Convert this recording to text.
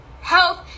Health